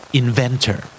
inventor